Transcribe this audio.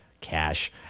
cash